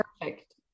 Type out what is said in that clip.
perfect